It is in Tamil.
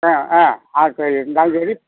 ஆ ஆ ஆட்கள் இருந்தாலும் சரி